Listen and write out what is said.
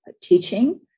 teaching